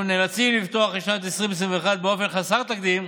אנחנו נאלצים לפתוח את שנת 2021 באופן חסר תקדים,